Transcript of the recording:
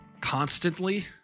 constantly